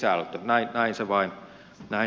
näin se vain oli